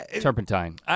Turpentine